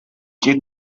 xic